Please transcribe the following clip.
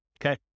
Okay